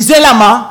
וזה למה?